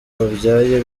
abyaye